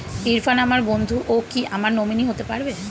ইরফান আমার বন্ধু ও কি আমার নমিনি হতে পারবে?